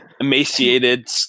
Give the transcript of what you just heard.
Emaciated